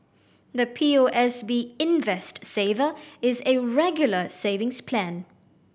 the P O S B Invest Saver is a Regular Savings Plan